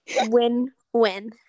Win-win